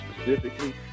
specifically